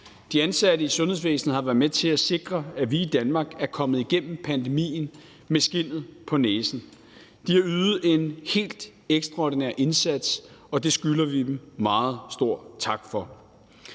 De ansatte i sundhedsvæsenet har været med til at sikre, at vi i Danmark er kommet igennem pandemien med skindet på næsen. De har ydet en helt ekstraordinær indsats, og det skylder vi dem meget stor tak for.